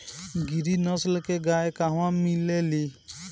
गिरी नस्ल के गाय कहवा मिले लि?